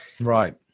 Right